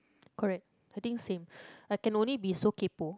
correct I think same I can only be so kaypo